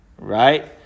right